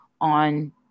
on